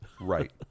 right